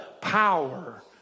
power